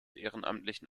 ehrenamtlichen